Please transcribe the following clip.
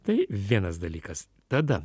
tai vienas dalykas tada